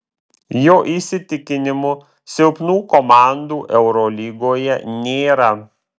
jo įsitikinimu silpnų komandų eurolygoje nėra